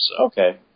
Okay